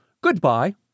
Goodbye